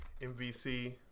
MVC